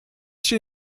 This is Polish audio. się